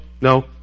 No